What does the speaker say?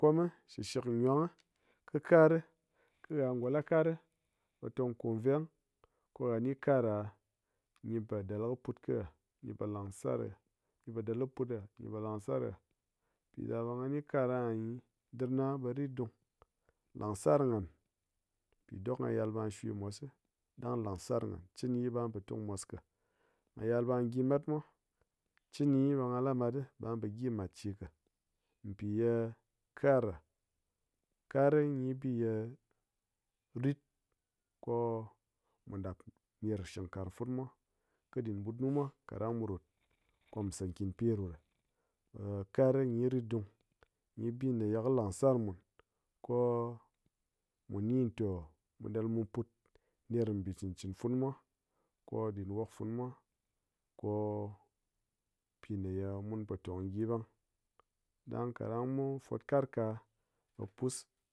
kom shi shigwang kɨ kar kɨ ha ngo la kar ko tong ko veng ko ha ni kar ɗa gyi batɗa ko gyi put kɨ ha, gyi po langsar ha, pi ɗa ɓe ngha ni kar ahagyi ɗir na ɓe rit dung, langsar nghan pi dok ngha yal ɓe ngha shwe mos si ɗang langsar nghan, chigyi ɓe nghan po tung mos ka. Ngha yal ɓa gyi mat mwa, chigyi ɓa ngha la mat ɗi ɓa ngha po gyi mat che ka pi ye kar ɗa, kar gyi bi ye rit ko mu ɗap ner shing karang funu mwa kɨ ɗin ɓut funu mwa kaɗang mu rot ko mu sa nkinpye ɗoɗa. kae gyi ritdung, gyi bi me ye kɨ langsar mun ko mu ni to, mu ɗal mu put ner bi cɨn cɨni funu mwa ko ɗin wok funu mwa, ko pi ne ye mun po tong gyi ɓang, ɗang kaɗang mun fot kar ka ɓe pus.